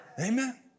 Amen